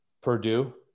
purdue